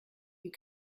you